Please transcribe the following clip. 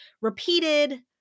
repeated